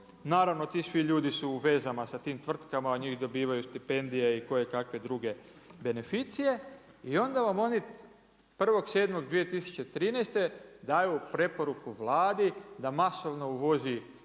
Naravno ti svi ljudi su u vezama sa tim tvrtkama, od njih dobivaju stipendije i koje kakve druge beneficije i onda vam oni 1.7.2013. daju preporuku Vladi da masovno uvozi